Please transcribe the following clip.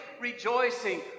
rejoicing